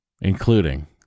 including